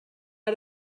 out